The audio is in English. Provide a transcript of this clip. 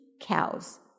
cows